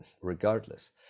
regardless